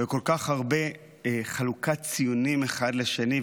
וכל כך הרבה חלוקת ציונים אחד לשני,